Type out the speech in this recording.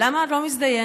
"למה את לא מזדיינת?